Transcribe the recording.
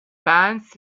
bands